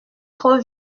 trop